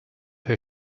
her